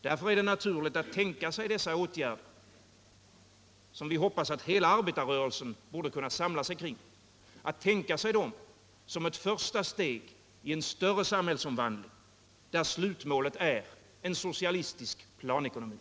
Därför är det naturligt att man tänker sig de av vpk föreslagna åtgärderna — som vi hoppas att hela arbetarrörelsen skall kunna samla sig kring — som ett första steg i en större samhällsomvandling, där slutmålet är en socialistisk planekonomi.